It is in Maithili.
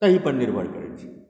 एहिपर निर्भर करै छै